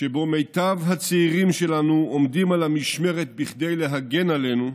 שבו מיטב הצעירים שלנו עומדים על המשמרת כדי להגן עלינו,